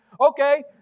okay